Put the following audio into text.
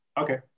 Okay